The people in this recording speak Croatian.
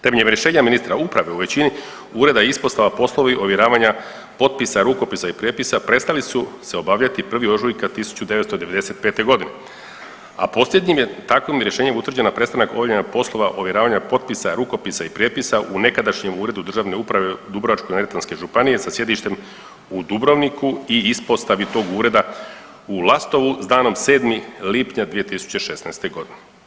Temeljem rješenja ministra uprave u većini ureda i ispostava poslovi ovjeravanja potpisa, rukopisa i prijepisa prestali su se obavljati 1. ožujka 1995., a posljednjim je takvim rješenjem utvrđena prestanak obavljanja poslova ovjeravanja potpisa, rukopisa i prijepisa u nekadašnjem Uredu državne uprave Dubrovačko-neretvanske županije sa sjedištem u Dubrovniku i ispostavi tog ureda u Lastovu s danom 7. lipnja 2016. godine.